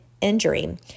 injury